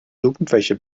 irgendwelche